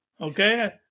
okay